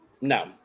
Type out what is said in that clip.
No